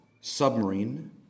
submarine